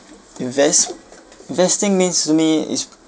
invest investing means to me is